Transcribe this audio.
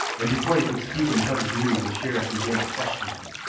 and before he could speak and tell his news the sheriff began to question him.